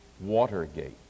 Watergate